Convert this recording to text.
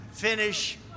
Finish